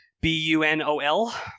B-U-N-O-L